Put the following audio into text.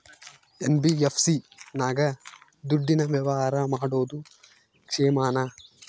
NBFC ನಾಗ ದುಡ್ಡಿನ ವ್ಯವಹಾರ ಮಾಡೋದು ಕ್ಷೇಮಾನ?